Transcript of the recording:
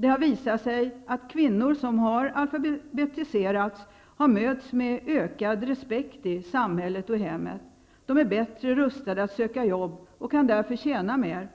Det har visat sig att kvinnor som har alfabetiserats möts med ökad respekt i samhället och hemmet. De är bättre rustade att söka jobb och kan därför tjäna mer.